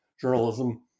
journalism